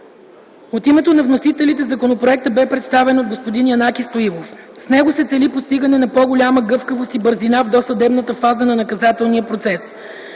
От името на вносителите законопроектът бе представен от господин Янаки Стоилов. С него се цели постигане на по-голяма гъвкавост и бързина в досъдебната фаза на наказателния процес.